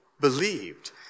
believed